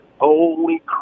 Holy